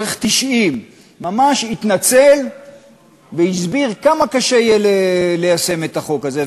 צריך 90. ממש התנצל והסביר כמה קשה יהיה ליישם את החוק הזה.